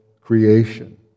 creation